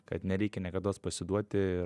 kad nereikia niekados pasiduoti